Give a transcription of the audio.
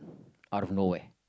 out of nowhere